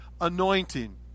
anointing